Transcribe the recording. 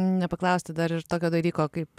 nepaklausti dar ir tokio dalyko kaip